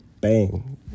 bang